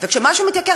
וכשמשהו מתייקר,